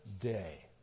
day